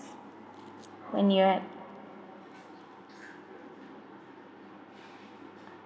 when you at